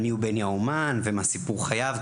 על מיהו בני האומן ומה סיפור חייו,